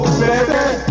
baby